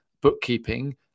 bookkeeping